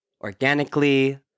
organically